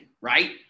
right